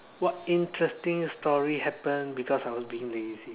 what interesting story happen because I was being lazy okay